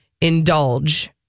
indulge